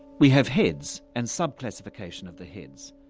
we have heads and sub-classification of the heads.